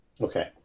Okay